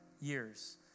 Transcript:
years